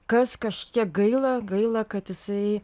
kas kažkiek gaila gaila kad jisai